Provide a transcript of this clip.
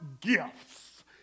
gifts